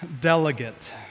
delegate